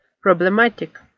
problematic